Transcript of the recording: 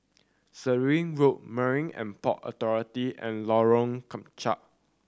Sirat Road Marine And Port Authority and Lorong Kemunchup